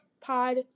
pod